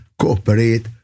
cooperate